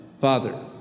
Father